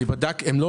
הן לא